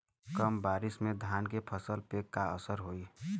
कम बारिश में धान के फसल पे का असर होई?